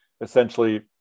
essentially